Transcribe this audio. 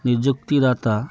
ନିଯୁକ୍ତିଦାତା